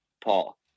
Paul